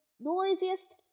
noisiest